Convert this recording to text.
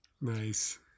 Nice